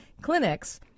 Clinics